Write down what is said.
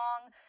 long